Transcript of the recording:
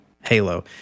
Halo